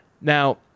Now